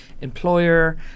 employer